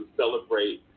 celebrate